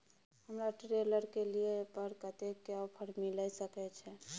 हमरा ट्रेलर के लिए पर कतेक के ऑफर मिलय सके छै?